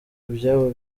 ibyabo